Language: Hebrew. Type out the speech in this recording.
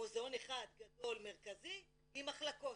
מוזיאון אחד גדול, מרכזי עם מחלקות.